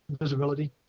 visibility